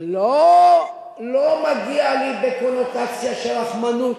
לא "מגיע לי" בקונוטציה של רחמנות,